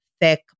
thick